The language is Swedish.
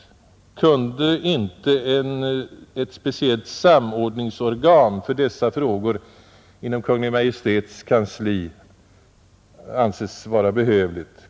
Kunde inte ett speciellt samordningsorgan för dessa frågor anses vara behövligt inom Kungl. Maj:ts kansli?